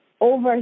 over